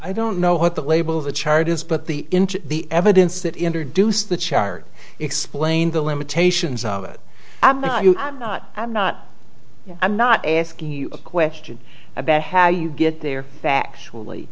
i don't know what the label of the chart is but the the evidence that introduced the chart explained the limitations of it i'm not i'm not i'm not asking you a question about how you get there factually